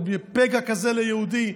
בפגע כזה ליהודי,